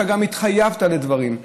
אתה גם התחייבת לדברים,